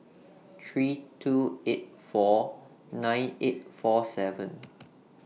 three two eight four nine eight four seven